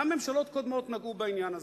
גם ממשלות קודמות נגעו בעניין הזה.